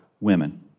women